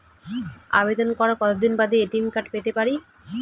আবেদন করার কতদিন বাদে এ.টি.এম কার্ড পেতে পারি?